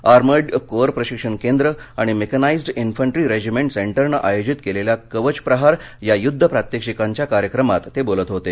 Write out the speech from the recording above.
armoured corps प्रशिक्षण केंद्र आणि मेकनाइज्ड इन्फंट्री रेजिमेंट सेंटरनं आयोजित केलेल्या कवच प्रहार या युद्ध प्रात्यक्षिकांच्या कार्यक्रमात ते बोलत होते